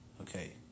Okay